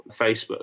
Facebook